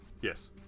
Yes